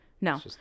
no